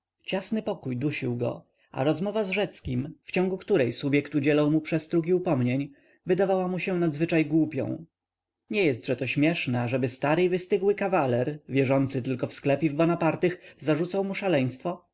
ciasny pokój dusił go a rozmowa z rzeckim w ciągu której subjekt udzielał mu przestróg i upomnień wydawała mu się nadzwyczajnie głupią nie jest-że to śmieszne ażeby stary i wystygły kawaler wierzący tylko w sklep i w bonapartych zarzucał mu szaleństwo